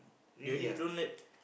they already to don't let